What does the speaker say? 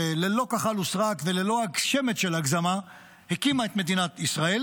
שללא כחל ושרק וללא שמץ של הגזמה הקימה את מדינת ישראל,